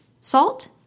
Salt